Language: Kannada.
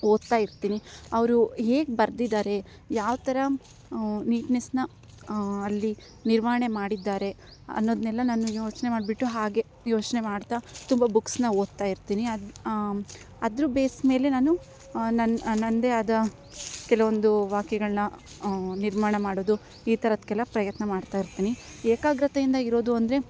ಓದ್ತಾ ಇರ್ತಿನಿ ಅವರು ಹೇಗೆ ಬರೆದಿದ್ದಾರೆ ಯಾವ್ತರ ನೀಟ್ನೆಸ್ನ ಅಲ್ಲಿ ನಿರ್ವಹಣೆ ಮಾಡಿದ್ದಾರೆ ಅನೋದನ್ನೆಲ್ಲ ನಾನು ಯೋಚನೆ ಮಾಡಿಬಿಟ್ಟು ಹಾಗೆ ಯೋಚನೆ ಮಾಡ್ತಾ ತುಂಬ ಬುಕ್ಸನ್ನ ಓದ್ತಾ ಇರ್ತಿನಿ ಅದು ಅದ್ರ ಬೇಸ್ ಮೇಲೆ ನಾನು ನನ್ನ ನಂದೇ ಆದ ಕೆಲವೊಂದು ವಾಕ್ಯಗಳನ್ನ ನಿರ್ಮಾಣ ಮಾಡೋದು ಈ ಥರದ್ಕೆಲ್ಲ ಪ್ರಯತ್ನ ಮಾಡ್ತಾ ಇರ್ತಿನಿ ಏಕಾಗ್ರತೆ ಇಂದ ಇರೋದು ಅಂದರೆ